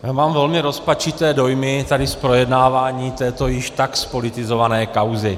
Já mám velmi rozpačité dojmy tady z projednávání této již tak zpolitizované kauzy.